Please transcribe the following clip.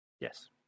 Yes